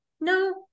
no